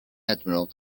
admiral